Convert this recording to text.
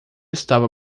estava